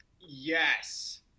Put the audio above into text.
Yes